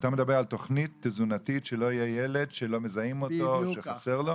אתה מדבר על תוכנית תזונתית שלא יהיה ילד שלא מזהים אותו שחסר לו?